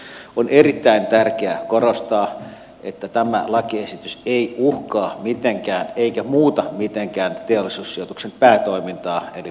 on erittäin tärkeää korostaa että tämä lakiesitys ei uhkaa mitenkään eikä muuta mitenkään teollisuussijoituksen päätoimintaa eli pääomasijoitustoimintaa